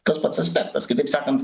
tas pats aspektas kitaip sakant